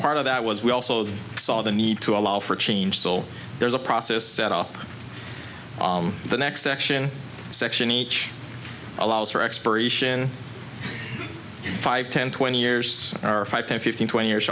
part of that was we also saw the need to allow for change so there's a process set up the next section section each allows for expiration five ten twenty years or five ten fifteen twenty years